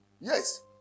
Yes